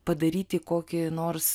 padaryti kokį nors